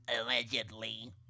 allegedly